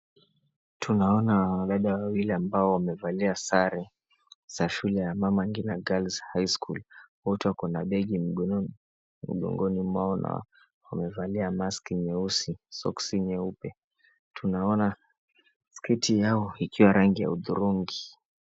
Tunaona wadada wawili ambao wamevalia sare za shule ya Mama Ngina Girls High school. Wote wako na begi mgongoni mwao, na wamevalia maski nyeusi, soksi nyeupe. Tunaona kati yao ikiwa rangi ya udhurungi.